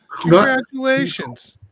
Congratulations